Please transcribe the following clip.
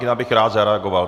Jinak bych rád zareagoval.